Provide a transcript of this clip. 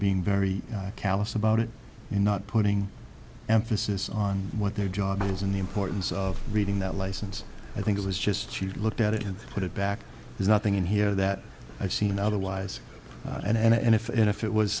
being very callous about it and not putting emphasis on what their job is and the importance of reading that license i think it was just she looked at it and put it back there's nothing in here that i've seen otherwise and if it if it was